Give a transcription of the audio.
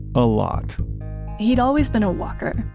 a lot he'd always been a walker,